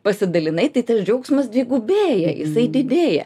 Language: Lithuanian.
pasidalinai tai tas džiaugsmas dvigubėja jisai didėja